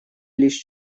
лишь